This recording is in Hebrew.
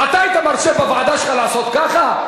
אתה היית מרשה בוועדה שלך לעשות ככה?